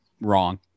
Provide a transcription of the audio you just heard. wrong